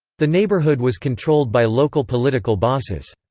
the neighborhood was controlled by local political bosses.